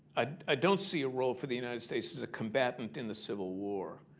ah i don't see a role for the united states as a combatant in the civil war.